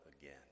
again